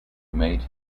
made